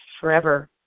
forever